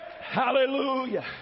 Hallelujah